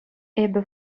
эпӗ